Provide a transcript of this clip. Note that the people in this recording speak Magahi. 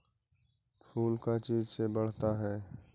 फूल का चीज से बढ़ता है?